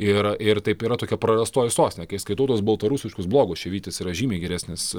ir ir taip yra tokia prarastoji sostinė kai skaitau tuos baltarusiškus blogus čia vytis yra žymiai geresnis